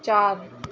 ਚਾਰ